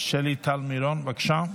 שלי טל מירון, בבקשה,